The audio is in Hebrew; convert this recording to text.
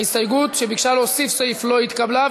ההסתייגות שביקשה להוסיף סעיף לא התקבלה,